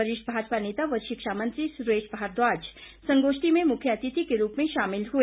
वरिष्ठ भाजपा नेता व शिक्षा मंत्री सुरेश भारद्वाज संगोष्ठी में मुख्य अतिथि के रूप में शामिल हए